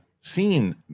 seen